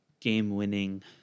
game-winning